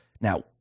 now